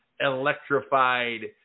electrified